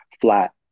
flat